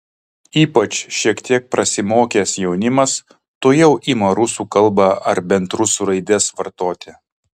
ypač šiek tiek prasimokęs jaunimas tuojau ima rusų kalbą ar bent rusų raides vartoti